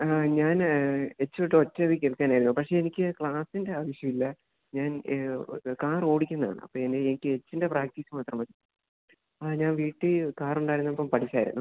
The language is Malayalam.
ആ ഞാന് എച്ച് തൊട്ട് ഒറ്റയടിക്ക് എടുക്കാനായിരുന്നു പക്ഷേ എനിക്ക് ക്ലാസിൻ്റെ ആവശ്യമില്ല ഞാൻ അത് കാറോടിക്കുന്നതാണ് അപ്പോള് എനിക്ക് എച്ചിൻ്റെ പ്രാക്റ്റീസ് മാത്രം മതി ആ ഞാന് വീട്ടില് കാറുണ്ടായിരുന്നപ്പോള് പഠിച്ചായിരുന്നു